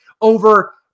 over